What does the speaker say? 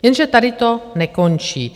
Jenže tady to nekončí.